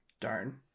darn